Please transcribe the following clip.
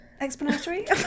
explanatory